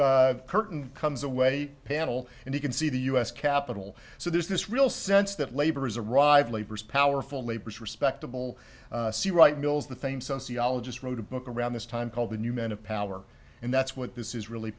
curtain comes away panel and you can see the u s capitol so there's this real sense that labor has arrived labour's powerful neighbors respectable see right mills the famed sociologist wrote a book around this time called the new men of power and that's what this is really